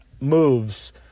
moves